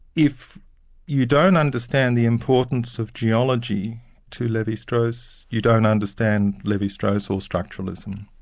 if you don't understand the importance of geology to levi-strauss, you don't understand levi-strauss or structuralism.